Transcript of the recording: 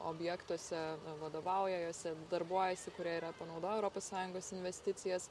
objektuose vadovauja juose darbuojasi kurie yra panaudoję europos sąjungos investicijas